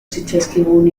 zitzaizkigun